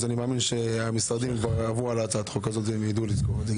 אני מאמין שהמשרדים כבר עברו על הצעת החוק הזו והם יידעו לתת סקירה.